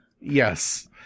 Yes